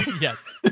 Yes